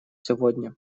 сегодня